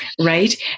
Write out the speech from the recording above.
right